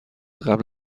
قبل